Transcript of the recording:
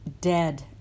dead